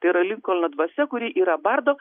tai yra linkolno dvasia kuri yra bardo